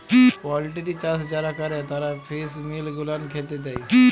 poultry চাষ যারা ক্যরে তারা ফিস মিল গুলান খ্যাতে দেই